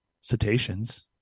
cetaceans